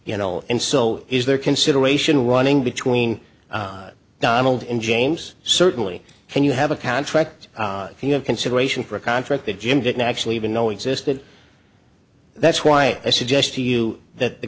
you know and so is there consideration running between donald in james certainly can you have a contract if you have consideration for a contract that jim didn't actually even know existed that's why i suggest to you that the